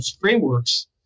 frameworks